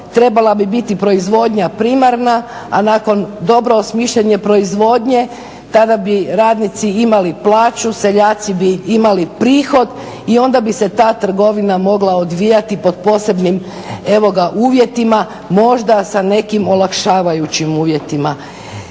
trebala bi biti proizvodnja primarna a nakon dobro osmišljene proizvodnje tada bi radnici imali plaću, seljaci bi imali prihod i onda bi se ta trgovina mogla odvijati pod posebnim, evo ga uvjetima, možda sa nekim olakšavajućim uvjetima.